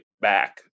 back